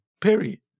Period